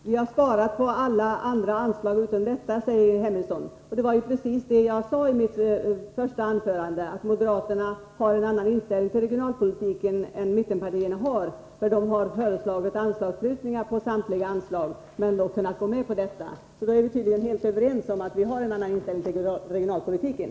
Fru talman! Ingrid Hemmingsson säger att moderaterna har sparat när det gäller alla andra anslag än det ifrågavarande. Det var ju just detta som jag sade i mitt första anförande: Moderaterna har en annan inställning till regionalpolitiken än mittenpartierna. Beträffande samtliga alla andra anslag har moderaterna föreslagit anslagsprutningar, men i detta fall har de gått med på en höjning med 100 milj.kr. Då är vi alltså helt överens om att vi har olika inställning när det gäller regionalpolitiken.